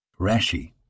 Rashi